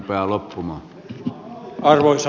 arvoisa puhemies